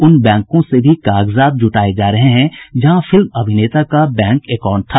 उन बैंकों से भी कागजात जुटाये जा रहे हैं जहां फिल्म अभिनेता का बैंक अकाउंट था